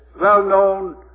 well-known